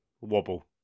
wobble